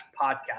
podcast